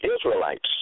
Israelites